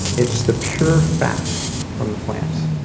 it's the pure fat from the plant.